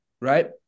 right